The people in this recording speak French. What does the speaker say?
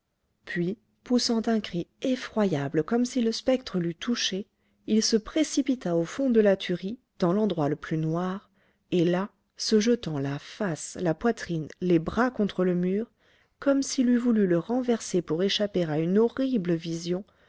puis poussant un cri effroyable comme si le spectre l'eût touché il se précipita au fond de la tuerie dans l'endroit le plus noir et là se jetant la face la poitrine les bras contre le mur comme s'il eût voulu le renverser pour échapper à une horrible vision